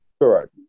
Correct